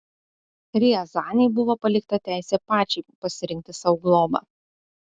riazanei buvo palikta teisė pačiai pasirinkti sau globą